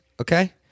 Okay